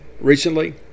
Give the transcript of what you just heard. recently